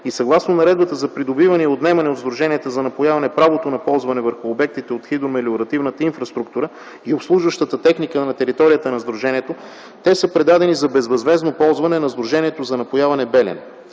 и съгласно Наредба за придобиване и отнемане от сдруженията за напояване правото на ползване върху обектите от хидромелиоративната инфраструктура и обслужващата техника на територията на сдружението, те са предадени за безвъзмездно ползване на Сдружение за напояване „Белене”.